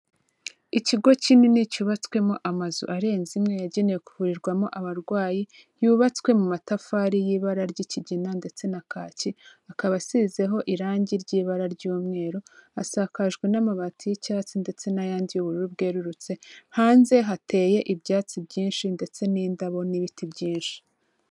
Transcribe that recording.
Ikigo kinini cyubatswemo amazu arenze imwe, yagenewe kuvurirwamo abarwayi, yubatswe mu matafari y'ibara ry'ikigina ndetse na kaki, akaba asizeho irangi ry'ibara ry'umweru, asakajwe n'amabati y'icyatsi ndetse n'ayandi y'ubururu bwerurutse, hanze hateye ibyatsi byinshi ndetse n'indabo n'ibiti byinshi.